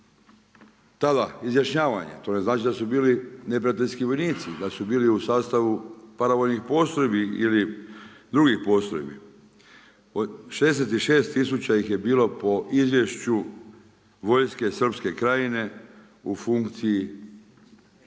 Tada izjašnjavanja, to ne znači da su bili neprijateljski vojnici, da su bili u sastavu paravojnih postrojbi ili drugih postrojbi. Od 66000 ih je bilo po izvješću vojske srpske Krajine u funkciji